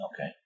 Okay